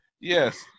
Yes